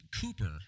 Cooper